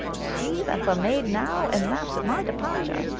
she that's a maid now, and laughs at my departure,